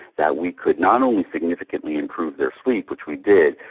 that we could not only significantly improve their sleep, which we did,